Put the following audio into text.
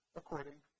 according